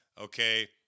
okay